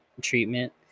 treatment